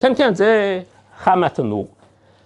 ‫כן כן, זה חם מהתנור.